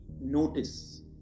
notice